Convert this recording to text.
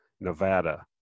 Nevada